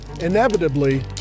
inevitably